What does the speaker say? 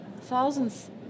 Thousands